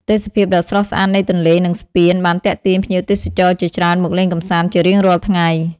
ទេសភាពដ៏ស្រស់ស្អាតនៃទន្លេ និងស្ពាន បានទាក់ទាញភ្ញៀវទេសចរជាច្រើនមកលេងកម្សាន្តជារៀងរាល់ថ្ងៃ។